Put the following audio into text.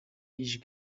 ijwi